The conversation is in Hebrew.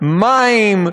מים.